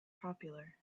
popular